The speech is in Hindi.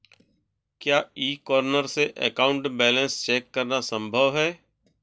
क्या ई कॉर्नर से अकाउंट बैलेंस चेक करना संभव है?